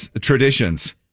traditions